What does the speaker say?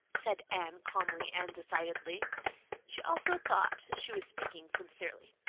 said anne calmly and decidedly she also thought she was speaking sincerely.